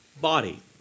body